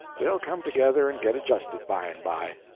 they'll come together and get adjusted by and by.